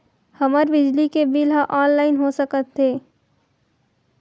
हमर बिजली के बिल ह ऑनलाइन हो सकत हे?